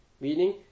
meaning